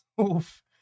oof